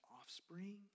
offspring